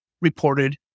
reported